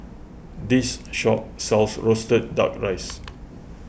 this shop sells Roasted Duck Rice